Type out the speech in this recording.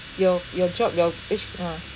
your your job your age ah